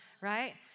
right